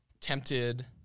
tempted